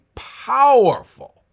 powerful